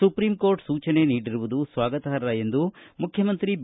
supreme court ಸೂಚನೆ ನೀಡಿರುವುದು ಸ್ವಾಗತಾರ್ಹ ಎಂದು ಮುಖ್ಯಮಂತ್ರಿ ಬಿ